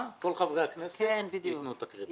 כל חברי הכנסת ייתנו את הקרדיט.